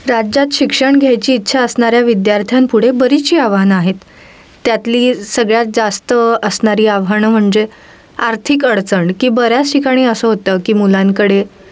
राज्यात शिक्षण घ्यायची इच्छा असणाऱ्या विद्यार्थ्यांपुढे बरीचशी आव्हानं आहेत त्यातली सगळ्यात जास्त असणारी आव्हानं म्हणजे आर्थिक अडचण की बऱ्याच ठिकाणी असं होतं की मुलांकडे